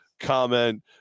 comment